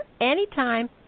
anytime